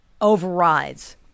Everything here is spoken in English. overrides